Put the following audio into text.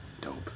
dope